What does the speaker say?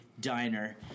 diner